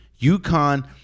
UConn